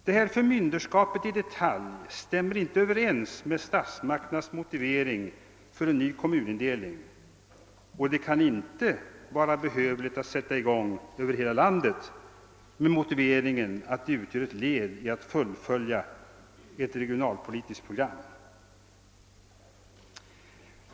Detta förmyndarskap i detalj stämmer inte överens med statsmakternas argument för en ny kommunindelning, och det kan inte vara behövligt att sätta i gång över hela landet med motiveringen att det utgör ett led i uppbyggandet av ett regionalpolitiskt program.